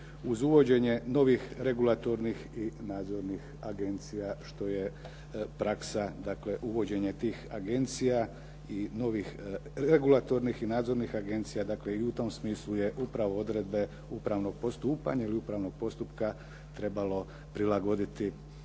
uz uvođenje novih regulatornih i nadzornih agencija što je praksa dakle uvođenje tih agencija i novih regulatornih i nadzornih agencija. Dakle, i u tom smislu je upravo odredbe upravnog postupanja ili upravnog postupka trebalo prilagoditi